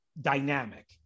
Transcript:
dynamic